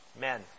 men